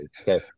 Okay